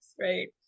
right